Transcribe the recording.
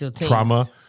trauma